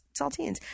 saltines